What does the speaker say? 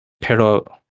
Pero